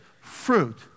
fruit